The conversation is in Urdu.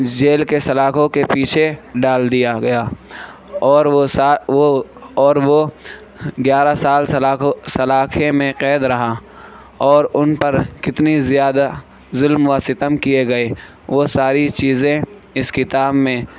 جیل کے سلاخوں کے پیچھے ڈال دیا گیا اور وہ وہ اور وہ گیارہ سال سلاخوں سلاخیں میں قید رہا اور ان پر کتنی زیادہ ظلم و ستم کیے گیے وہ ساری چیزیں اس کتاب میں